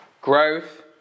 growth